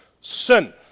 sin